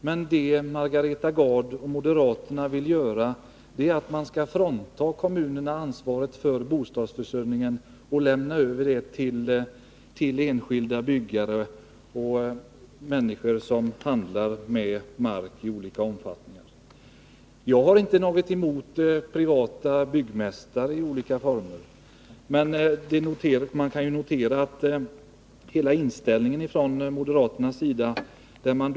Men det Margareta Gard och moderaterna vill göra är att frånta kommunerna ansvaret för bostadsförsörjningen och lämna över det till enskilda byggare och människor som i olika omfattning handlar med mark. Jag har inte något emot privata byggmästare, men man kan ju notera moderaternas inställning.